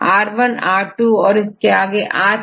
यहां c terminal भी दिखाई दे रहा है